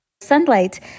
Sunlight